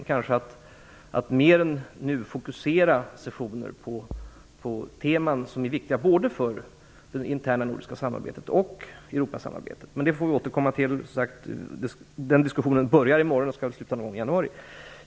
Och kanske skall vi mer än nu fokusera sessioner på teman som är viktiga både för det interna nordiska samarbetet och för Europasamarbetet. Men det får vi återkomma till. Den diskussionen börjar, som sagt, i morgon och avslutas väl någon gång i januari.